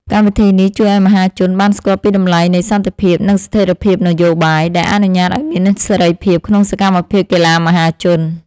កម្មវិធីនេះជួយឱ្យមហាជនបានស្គាល់ពីតម្លៃនៃសន្តិភាព និងស្ថិរភាពនយោបាយ ដែលអនុញ្ញាតឱ្យមានសេរីភាពក្នុងសកម្មភាពកីឡាមហាជន។